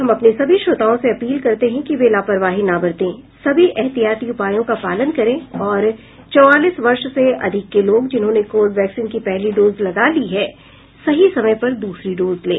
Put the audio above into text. हम अपने सभी श्रोताओं से अपील करते हैं कि वे लापरवाही न बरतें सभी एहतियाती उपायों का पालन करें और चौवालीस वर्ष से अधिक के लोग जिन्होंने कोविड वैक्सीन की पहली डोज लगा ली है सही समय पर दूसरी डोज लें